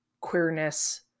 queerness